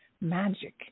magic